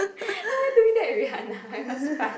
why I am doing that with it was fun